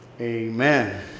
Amen